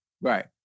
Right